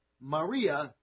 Maria